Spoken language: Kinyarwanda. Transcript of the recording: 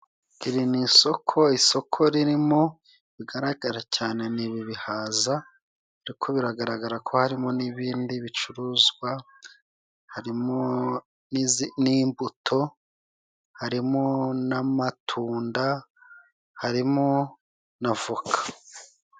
Iri ni isoko, isoko ririmo bigaragara cyane ni bihaza ariko biragaragara ko harimo n'ibindi bicuruzwa harimo n'imbuto, harimo n'amatunda, harimo na voka.